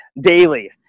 daily